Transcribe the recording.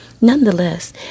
Nonetheless